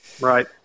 Right